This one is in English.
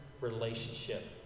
relationship